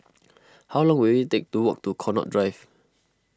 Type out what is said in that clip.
how long will it take to walk to Connaught Drive